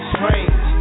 Strange